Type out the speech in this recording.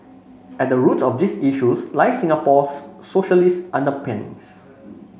at the root of these issues lie Singapore's socialist underpinnings